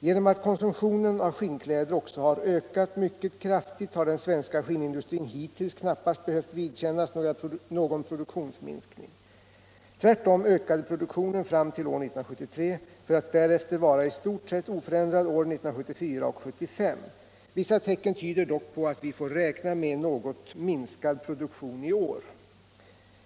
Genom att konsumtionen av skinnkläder också har ökat mycket kraftigt har den svenska skinnindustrin hittills knappast behövt vidkännas någon produktionsminskning. Tvärtom ökade produktionen fram till år 1973 för att därefter vara i stort sett oförändrad åren 1974 och 1975. Vissa tecken tyder dock på att vi får räkna med en något minskad produktion i år.